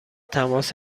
تماس